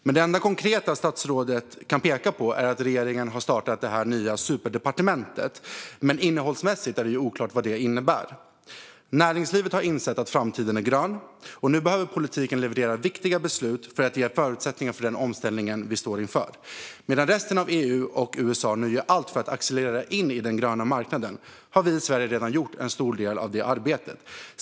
Men det enda konkreta statsrådet kan peka på är att regeringen har startat det nya superdepartementet. Innehållsmässigt är det oklart vad det innebär. Näringslivet har insett att framtiden är grön, och nu behöver politiken leverera viktiga beslut för att ge förutsättningar för den omställningen. Medan resten av EU och USA gör allt för att accelerera in i den gröna marknaden har vi i Sverige redan gjort en stor del av det arbetet.